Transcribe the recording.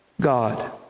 God